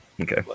okay